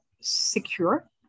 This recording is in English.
secure